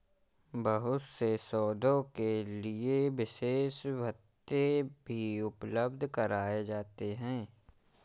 बहुत से शोधों के लिये विशेष भत्ते भी उपलब्ध कराये जाते हैं